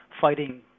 fighting